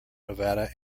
nevada